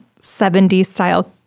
70s-style